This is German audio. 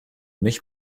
mich